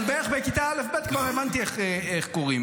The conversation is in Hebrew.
אבל בערך בכיתה א'-ב' כבר הבנתי איך קוראים.